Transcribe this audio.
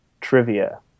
trivia